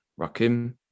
Rakim